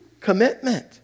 commitment